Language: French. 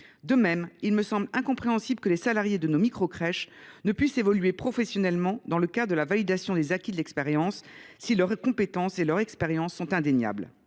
De même, il me semble incompréhensible que les salariés de nos micro crèches ne puissent évoluer professionnellement au moyen de la validation des acquis de l’expérience si leurs compétences et leurs expériences sont indéniables.